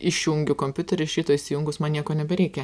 išjungiu kompiuterį iš ryto įsijungus man nieko nebereikia